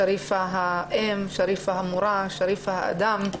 שריפה האם, שריפה המורה, שריפה האדם,